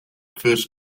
first